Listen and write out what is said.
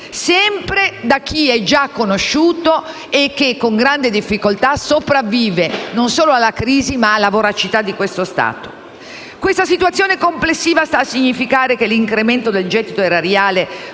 ovvero da chi è già conosciuto e che con grande difficoltà sopravvive non solo alla crisi, ma alla voracità di questo Stato. Questa situazione complessiva sta a significare che l'incremento del gettito erariale